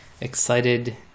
Excited